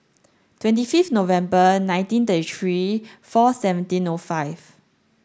twenty fifth November nineteen thirty three four seventeen O five